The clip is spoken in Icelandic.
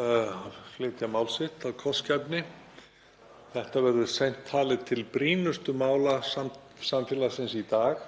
að flytja mál sitt af kostgæfni. Þetta verður seint talið til brýnustu mála samfélagsins í dag